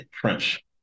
French